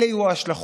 אלה יהיו ההשלכות?